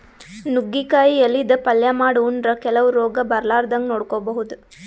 ನುಗ್ಗಿಕಾಯಿ ಎಲಿದ್ ಪಲ್ಯ ಮಾಡ್ ಉಂಡ್ರ ಕೆಲವ್ ರೋಗ್ ಬರಲಾರದಂಗ್ ನೋಡ್ಕೊಬಹುದ್